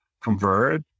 convert